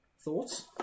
Thoughts